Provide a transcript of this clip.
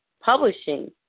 publishing